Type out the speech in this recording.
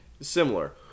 similar